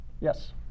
Yes